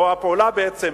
או הפעולה, בעצם,